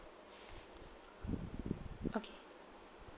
okay